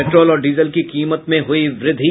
petrol और diesel की कीमत में हुई वृद्धि